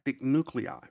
nuclei